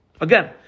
Again